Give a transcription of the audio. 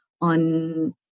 on